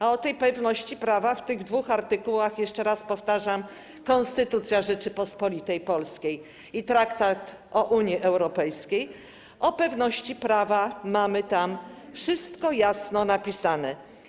A o tej pewności prawa w tych dwóch artykułach - jeszcze raz powtarzam, Konstytucja Rzeczypospolitej Polskiej i Traktat o Unii Europejskiej - mamy wszystko jasno napisane.